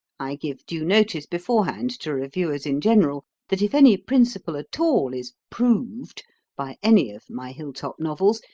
i give due notice beforehand to reviewers in general, that if any principle at all is proved by any of my hill-top novels,